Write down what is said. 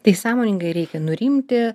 tai sąmoningai reikia nurimti